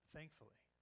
Thankfully